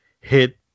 hit